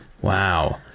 Wow